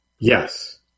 Yes